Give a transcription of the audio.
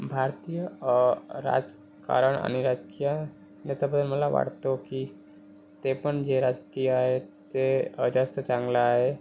भारतीय राजकारण आणि राजकीय नेत्या पण मला वाटतो की ते पण जे राजकीय आहेत ते जास्त चांगला आहे